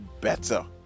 better